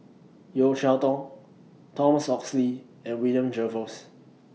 Yeo Cheow Tong Thomas Oxley and William Jervois